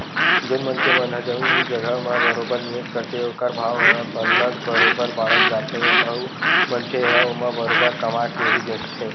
जउन मनखे मन ह जमीन जघा म बरोबर निवेस करथे ओखर भाव ह सरलग बरोबर बाड़त जाथे अउ मनखे ह ओमा बरोबर कमा के ही बेंचथे